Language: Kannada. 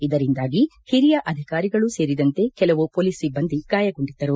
ಇದರಿಂದಾಗಿ ಓರಿಯ ಅಧಿಕಾರಿಗಳೂ ಸೇರಿದಂತೆ ಕೆಲವು ಮೊಲೀಸ್ ಸಿಬ್ಬಂದಿ ಗಾಯಗೊಂಡಿದ್ದಾರೆ